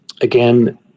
again